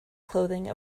clothing